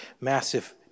massive